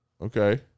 okay